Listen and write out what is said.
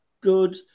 good